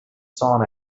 sauna